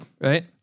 Right